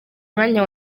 mwanya